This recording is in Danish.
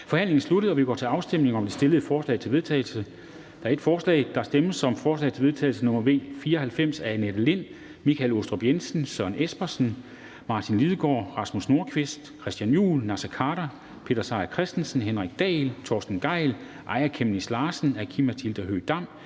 Forhandlingen er sluttet, og vi går til afstemning om det fremsatte forslag til vedtagelse. Der foreligger et forslag. Der stemmes om forslag til vedtagelse nr. V 94 af Annette Lind (S), Michael Aastrup Jensen (V), Søren Espersen (DF), Martin Lidegaard (RV), Rasmus Nordqvist (SF), Christian Juhl (EL), Naser Khader (KF), Peter Seier Christensen (NB), Henrik Dahl (LA), Torsten Gejl (ALT), Aaja Chemnitz Larsen (IA), Aki-Matilda Høegh-Dam